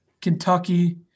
Kentucky